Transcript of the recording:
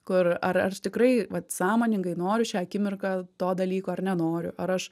kur ar aš tikrai vat sąmoningai noriu šią akimirką to dalyko ar nenoriu ar aš